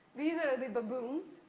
these are the baboons.